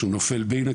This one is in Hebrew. שנופל בין הכיסאות,